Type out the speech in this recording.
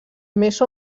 més